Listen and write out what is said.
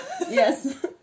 yes